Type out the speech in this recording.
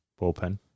bullpen